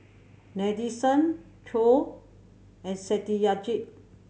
Nadesan Choor and Satyajit